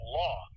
law